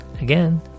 Again